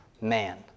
Man